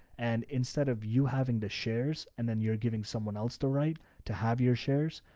and instead of you having the shares, and then you're giving someone else the right to have your shares,